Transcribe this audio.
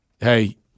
Hey